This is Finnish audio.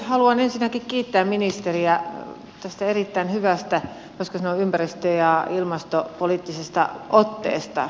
haluan ensinnäkin kiittää ministeriä tästä erittäin hyvästä voisiko sanoa ympäristö ja ilmastopoliittisesta otteesta